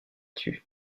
tue